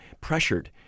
pressured